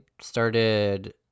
started